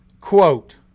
quote